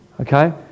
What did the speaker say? Okay